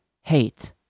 hate